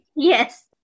Yes